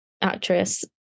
actress